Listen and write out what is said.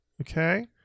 Okay